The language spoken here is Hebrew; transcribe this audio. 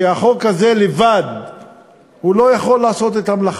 שהחוק הזה לבדו לא יכול לעשות את המלאכה.